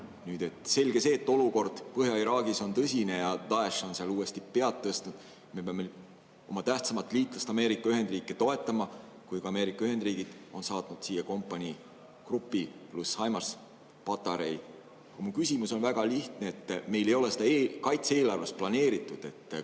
üksust. Selge see, et olukord Põhja-Iraagis on tõsine ja Daesh on seal uuesti pead tõstnud. Me peame oma tähtsaimat liitlast Ameerika Ühendriike toetama, kuna Ameerika Ühendriigid on saatnud siia kompaniigrupi pluss HIMARS-patarei. Mu küsimus on väga lihtne. Meil ei ole seda kaitse-eelarves planeeritud.